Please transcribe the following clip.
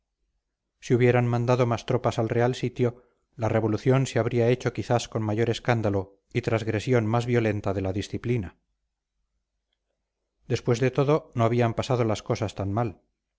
si hubieran mandado más tropa al real sitio la revolución se habría hecho quizás con mayor escándalo y transgresión más violenta de la disciplina después de todo no habían pasado las cosas tan mal